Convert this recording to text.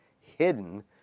hidden